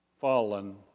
fallen